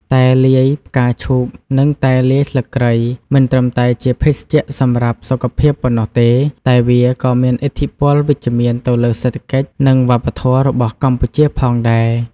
តែលាយផ្កាឈូកនិងតែលាយស្លឹកគ្រៃមិនត្រឹមតែជាភេសជ្ជៈសម្រាប់សុខភាពប៉ុណ្ណោះទេ តែវាក៏មានឥទ្ធិពលវិជ្ជមានទៅលើសេដ្ឋកិច្ច និងវប្បធម៌ របស់កម្ពុជាផងដែរ។